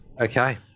Okay